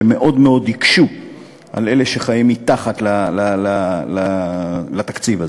שמאוד מאוד הקשו על אלה שחיים מתחת לתקציב הזה.